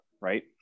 right